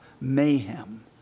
mayhem